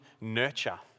nurture